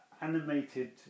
animated